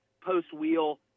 post-wheel